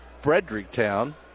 Fredericktown